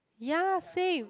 ya same